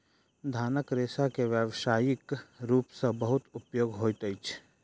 धानक रेशा के व्यावसायिक रूप सॅ बहुत उपयोग होइत अछि